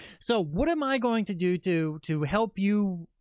so what am i going to do do to help you,